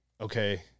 okay